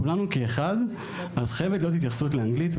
כולנו כאחד אז חייבת להיות התייחסות לאנגלית.